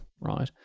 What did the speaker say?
right